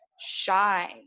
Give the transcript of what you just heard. shy